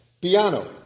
piano